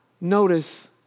notice